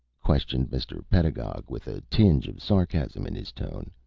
questioned mr. pedagog, with a tinge of sarcasm in his tone.